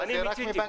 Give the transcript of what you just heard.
אני מיציתי.